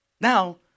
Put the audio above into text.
Now